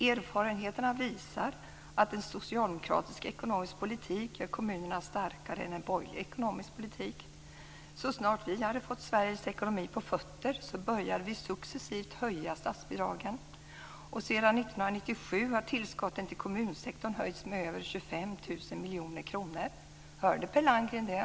Erfarenheterna visar att en socialdemokratisk ekonomisk politik gör kommunerna starkare än en borgerlig ekonomisk politik. Så snart vi hade fått Sveriges ekonomi på fötter började vi successivt höja statsbidragen. Sedan 1997 har tillskotten till kommunsektorn höjts med över 25 000 miljoner kronor. Hörde Per Landgren det?